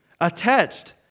attached